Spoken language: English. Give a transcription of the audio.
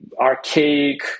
archaic